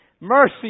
Mercy